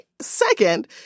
second